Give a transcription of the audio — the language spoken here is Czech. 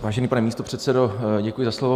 Vážený pane místopředsedo, děkuji za slovo.